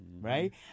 right